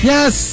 Yes